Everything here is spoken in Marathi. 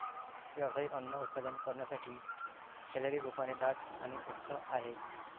व्यावसायिक अन्न उत्पादन करण्यासाठी, कॅलरी रूपाने दाट आणि स्वस्त आहे